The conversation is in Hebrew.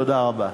תודה רבה.